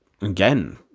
...again